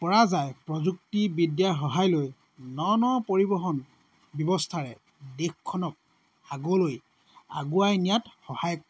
পৰা যায় প্ৰযুক্তিবিদ্যাৰ সহায় লৈ ন ন পৰিবহন ব্যৱস্থাৰে দেশখনক আগলৈ আগুৱাই নিয়াত সহায় হ'ব